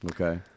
Okay